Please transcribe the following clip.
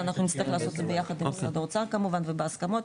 ואנחנו נצטרך לעשות את זה ביחד עם משרד האוצר כמובן ובהסכמות.